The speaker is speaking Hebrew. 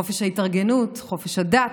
חופש ההתארגנות, חופש הדת,